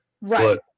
right